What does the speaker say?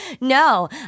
No